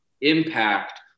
impact